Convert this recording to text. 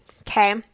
okay